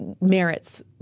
merits